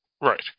right